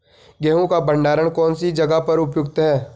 गेहूँ का भंडारण कौन सी जगह पर उपयुक्त है?